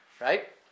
right